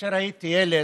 כאשר הייתי ילד,